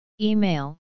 Email